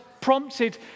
prompted